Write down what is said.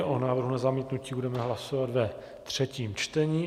O návrhu na zamítnutí budeme hlasovat ve třetím čtení.